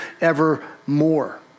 evermore